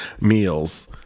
meals